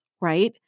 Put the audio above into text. right